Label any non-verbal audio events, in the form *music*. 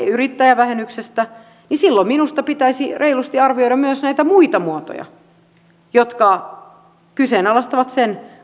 *unintelligible* yrittäjävähennyksestä niin silloin minusta pitäisi reilusti arvioida myös näitä muita muotoja jotka kyseenalaistavat sen